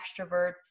extroverts